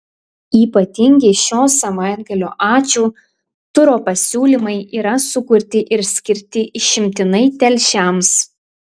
ypatingi šio savaitgalio ačiū turo pasiūlymai yra sukurti ir skirti išimtinai telšiams